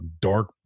dark